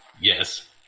Yes